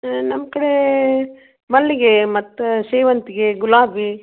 ನಮ್ಮ ಕಡೆ ಮಲ್ಲಿಗೆ ಮತ್ತು ಸೇವಂತಿಗೆ ಗುಲಾಬಿ